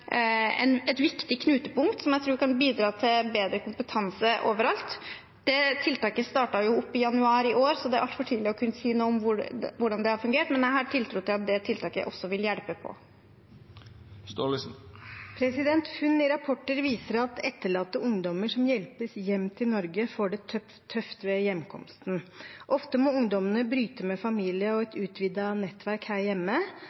et viktig knutepunkt som jeg tror kan bidra til bedre kompetanse overalt. Det tiltaket startet opp i januar i år, så det er altfor tidlig å kunne si noe om hvordan det har fungert, men jeg har tiltro til at det tiltaket også vil hjelpe på. Funn i rapporter viser at etterlatte ungdommer som hjelpes hjem til Norge, får det tøft ved hjemkomsten. Ofte må ungdommene bryte med familie og et utvidet nettverk her hjemme.